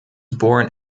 born